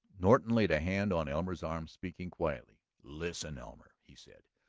norton laid a hand on elmer's arm, speaking quietly. listen, elmer, he said.